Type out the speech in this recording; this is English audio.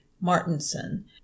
Martinson